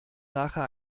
nachher